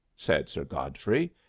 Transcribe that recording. said sir godfrey.